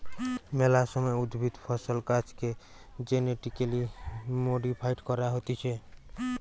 মেলা সময় উদ্ভিদ, ফসল, গাছেকে জেনেটিক্যালি মডিফাইড করা হতিছে